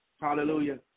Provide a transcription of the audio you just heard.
Hallelujah